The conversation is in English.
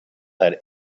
had